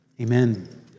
Amen